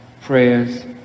prayers